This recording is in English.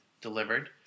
delivered